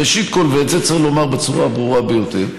ראשית, ואת זה צריך לומר בצורה הברורה ביותר,